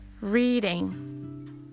Reading